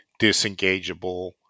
disengageable